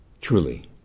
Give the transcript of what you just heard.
Truly